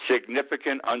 significant